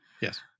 yes